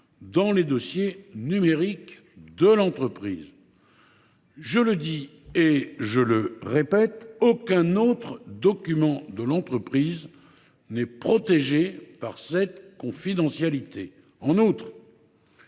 dans les dossiers numériques de l’entreprise. Je le dis et je le répète : aucun autre document de l’entreprise ne sera protégé par cette confidentialité. De